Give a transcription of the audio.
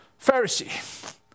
Pharisee